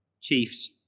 chiefs